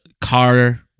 car